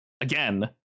again